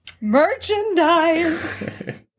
Merchandise